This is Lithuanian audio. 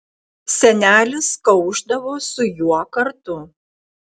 senelis kaušdavo su juo kartu